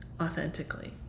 authentically